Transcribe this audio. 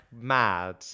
mad